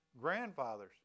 grandfathers